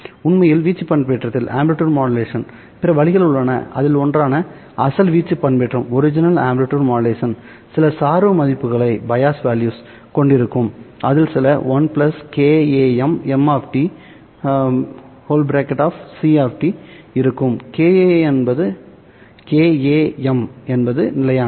உண்மையில் வீச்சு பண்பேற்றத்தில் பிற வழிகள் உள்ளன அதில் ஒன்றான அசல் வீச்சு பண்பேற்றம் சில சார்பு மதிப்புகளைக் கொண்டிருக்கும் அதில் சில 1 kAM m c இருக்கும் kAM என்பது நிலையானது